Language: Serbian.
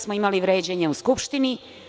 smo imali vređanje u Skupštini.